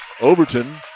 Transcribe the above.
Overton